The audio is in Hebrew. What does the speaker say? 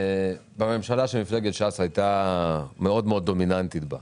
בממשלה שמפלגת ש"ס הייתה מאוד מאוד דומיננטית בה,